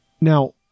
now